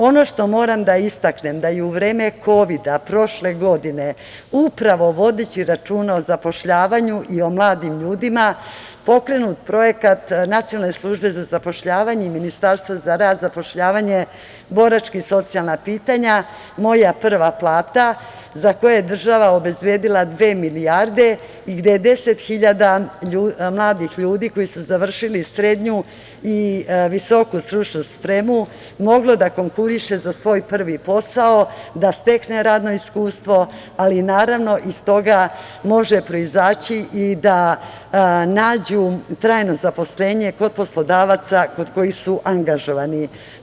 Ono što moram da istaknem jeste da je u vreme kovida prošle godine, upravo vodeći računa o zapošljavanju i o mladim ljudima, pokrenut projekat Nacionalne službe za zapošljavanje i Ministarstva za rad, zapošljavanje, boračka i socijalna pitanja „Moja prva plata“, za koji je država obezbedila dve milijarde i gde je deset hiljada mladih ljudi koji su završili srednju i visoku stručnu spremu moglo da konkuriše za svoj prvi posao, da stekne radno iskustvo, ali naravno iz toga može proizaći i da nađu trajno zaposlenje kod poslodavaca kod kojih su angažovani.